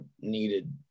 needed